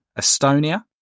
Estonia